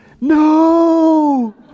No